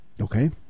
Okay